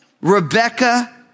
Rebecca